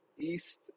East